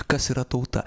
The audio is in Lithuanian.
kas yra tauta